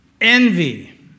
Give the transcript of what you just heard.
Envy